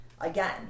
again